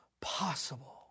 possible